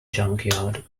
junkyard